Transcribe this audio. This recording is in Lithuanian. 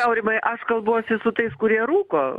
aurimai aš kalbuosi su tais kurie rūko